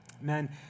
Men